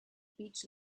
beach